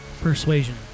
persuasion